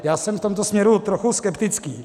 Já jsem v tomto směru trochu skeptický.